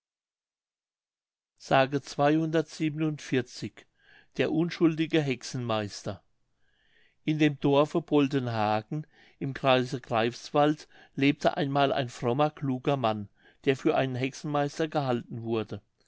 der unschuldige hexenmeister in dem dorfe boltenhagen im kreise greifswald lebte einmal ein frommer kluger mann der für einen hexenmeister gehalten wurde